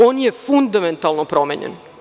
On je fundamentalno promenjen.